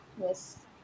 Yes